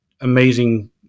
amazing